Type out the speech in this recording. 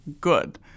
good